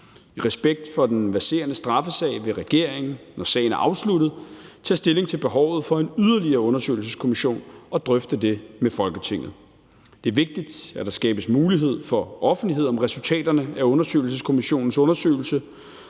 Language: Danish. I respekt for den verserende straffesag vil regeringen, når sagen afsluttet, tage stilling til behovet for en yderligere undersøgelseskommission og drøfte det med Folketinget. Det er vigtigt, at der skabes mulighed for offentlighed om resultaterne af undersøgelseskommissionens undersøgelse,